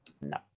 No